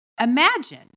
Imagine